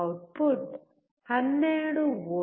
output 12 V